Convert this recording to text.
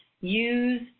use